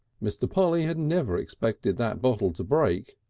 mr. polly had never expected that bottle to break.